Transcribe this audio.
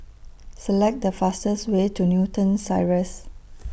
Select The fastest Way to Newton Cirus